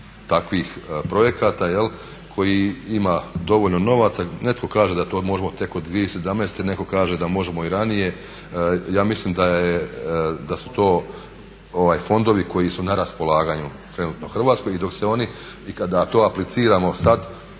takvih projekata koji ima dovoljno novaca. Netko kaže da to možemo tek od 2017.netko kaže da možemo i ranije, ja mislim da su to fondovi koji su na raspolaganju trenutno Hrvatskoj i dok to apliciramo sada